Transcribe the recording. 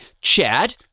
chad